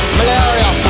malaria